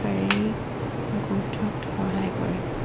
শাৰীৰিক গ্ৰৌথত সহায় কৰে